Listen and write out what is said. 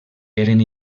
eren